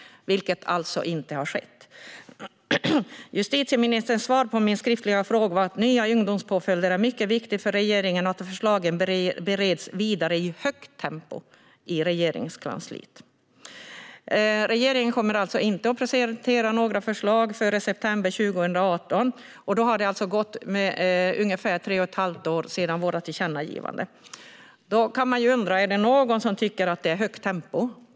Det har inte skett. Justitieministerns svar på min skriftliga fråga var att nya ungdomspåföljder är mycket viktiga för regeringen och att förslagen bereds vidare i högt tempo i Regeringskansliet. Regeringen kommer alltså inte att presentera några förslag före september 2018, och då har det alltså gått ungefär tre och ett halvt år sedan våra tillkännagivanden. Man kan undra om någon tycker att det är högt tempo.